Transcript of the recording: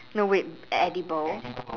no wait edible